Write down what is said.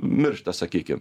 miršta sakykim